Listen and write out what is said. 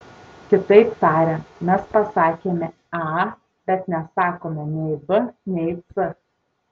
kitaip tariant mes pasakėme a bet nesakome nei b nei c